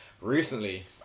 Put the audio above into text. Recently